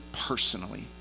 personally